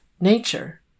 nature